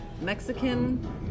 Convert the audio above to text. Mexican